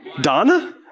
Donna